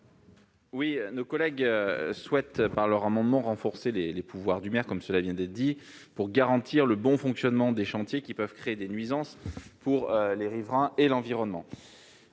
? Nos collègues souhaitent, par leur amendement, renforcer les pouvoirs du maire pour garantir le bon fonctionnement des chantiers, lesquels peuvent créer des nuisances pour les riverains et l'environnement.